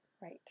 Right